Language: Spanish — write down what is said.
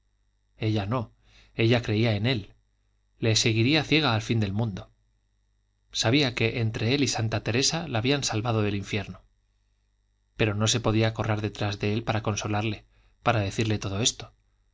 ella no ella creía en él le seguiría ciega al fin del mundo sabía que entre él y santa teresa la habían salvado del infierno pero no se podía correr detrás de él para consolarle para decirle todo esto